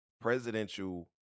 presidential